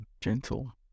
gentle